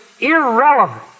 irrelevant